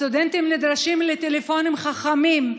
סטודנטים נדרשים לטלפונים חכמים,